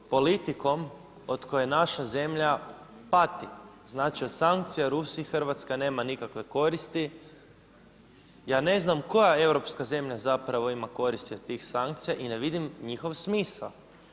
Politikom od koje naša zemlja pati, znači, od sankcija Rusiji, Hrvatska nema nikakve koristi, ja ne znam moja europska zemlja zapravo ima koristi od tih sankcija i ne vidim njihov smisao.